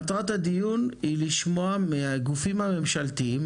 מטרת הדיון היא לשמוע מהגופים הממשלתיים